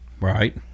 Right